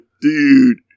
Dude